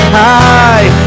high